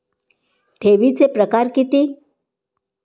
ठेवीचे प्रकार किती?